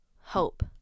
hope